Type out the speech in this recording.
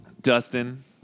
Dustin